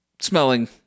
smelling